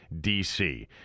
DC